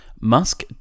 Musk